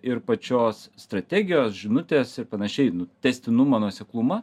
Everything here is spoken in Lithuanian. ir pačios strategijos žinutės ir panašiai tęstinumą nuoseklumą